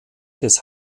des